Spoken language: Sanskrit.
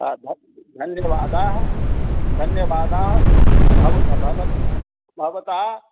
धन्यवादाः धन्यवादाः भवता